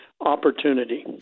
opportunity